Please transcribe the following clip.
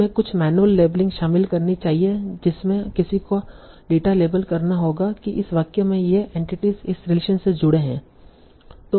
उनमे कुछ manual labelling शामिल करनी चाहिए जिसमें किसी को डेटा लेबल करना होगा कि इस वाक्य में ये एंटिटीस इस रिलेशन से जुड़े हैं